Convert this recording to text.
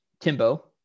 Timbo